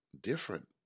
different